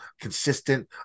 consistent